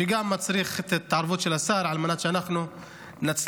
שגם מצריך את ההתערבות של השר על מנת שאנחנו נצליח